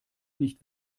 nicht